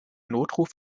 notruf